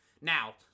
Now